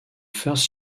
first